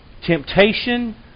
temptation